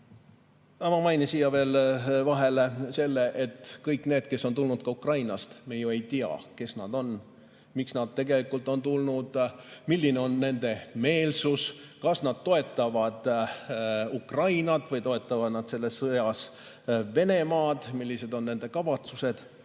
Ma mainin siia vahele veel seda, et kõik need, kes ongi tulnud Ukrainast – me ei tea, kes nad on, miks nad tegelikult on tulnud, milline on nende meelsus, kas nad toetavad Ukrainat või toetavad nad selles sõjas Venemaad, millised on nende kavatsused.